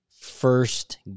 first